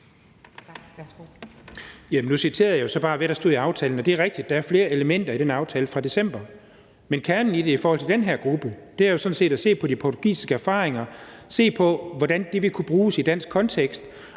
Jeg citerer jo bare, hvad der stod i aftalen, og det er rigtigt, at der er flere elementer i den aftale fra december. Men kernen i det i forhold til den her gruppe er jo sådan set at se på de portugisiske erfaringer, se på, hvordan det vil kunne bruges i en dansk kontekst,